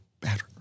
better